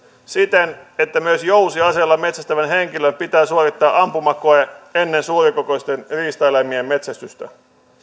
siten että myös jousiaseella metsästävän henkilön pitää suorittaa ampumakoe ennen suurikokoisten riistaeläimien metsästystä